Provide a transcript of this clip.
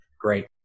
great